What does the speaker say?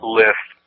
list